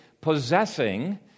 possessing